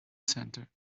center